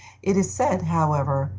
it is said, however,